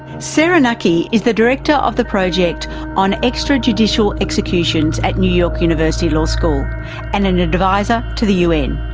sarah knuckey is the director of the project on extrajudicial executions at new york university law school and an advisor to the un.